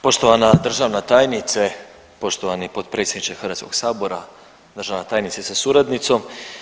Poštovana državna tajnice, poštovani potpredsjedniče Hrvatskog sabora, državna tajnice sa suradnicom.